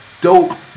dope